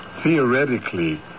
Theoretically